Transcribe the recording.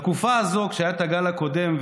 בתקופה הזו כשהיה הגל הקודם,